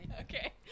okay